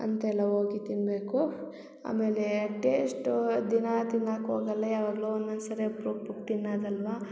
ಅಂತೆಲ್ಲ ಹೋಗಿ ತಿನ್ನಬೇಕು ಆಮೇಲೆ ಟೇಶ್ಟೂ ದಿನ ತಿನ್ನಾಕು ಹೋಗಲ್ಲ ಯಾವಾಗಲೋ ಒನ್ನೊಂದು ಸರ್ತಿ ಅಪ್ರೂಪಕ್ಕೆ ತಿನ್ನದಲ್ಲವಾ